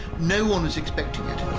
no one is expecting it.